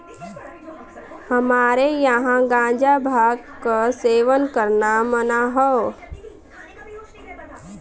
हमरे यहां गांजा भांग क सेवन करना मना हौ